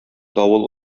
давыл